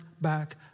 back